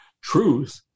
truth